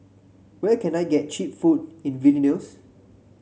where can I get cheap food in Vilnius